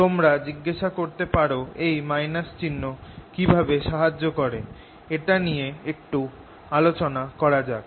তোমরা জিজ্ঞাসা করতে পারো এই - চিহ্ন কিভাবে সাহায্য করে এটা নিয়ে একটু আলোচনা করা যাক